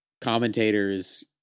commentators